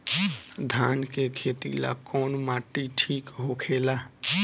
धान के खेती ला कौन माटी ठीक होखेला?